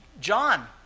John